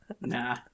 nah